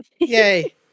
Yay